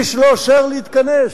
איש לא אוסר להתכנס,